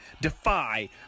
defy